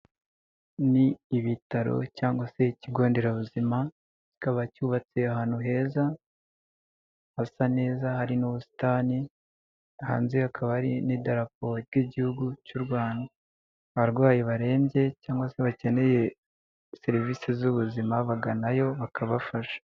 Ni ibitaro cyangwa se ikigo nderabuzima, kikaba cyubatse ahantu heza, hasa neza, hari n'ubusitani, hanze hakaba hari n'idarapo ry'igihugu cy'u Rwanda. Abarwayi barembye cyangwa se bakeneye serivisi z'ubuzima baganayo, bakabafasha.